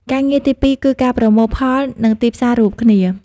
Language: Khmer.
ការងារទីពីរគឺ ការប្រមូលផល និងទីផ្សាររួមគ្នា។